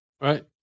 Right